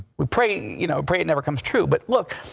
we pray you know pray it never comes true, but, look,